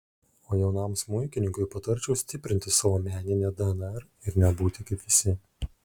o jaunam smuikininkui patarčiau stiprinti savo meninę dnr ir nebūti kaip visi